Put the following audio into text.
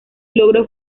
logro